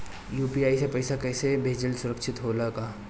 UPI से पैसा भेजल सुरक्षित होला का?